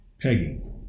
pegging